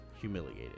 humiliated